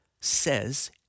says